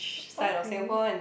okay